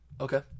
okay